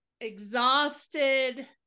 exhausted